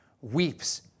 weeps